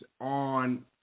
on